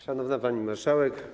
Szanowna Pani Marszałek!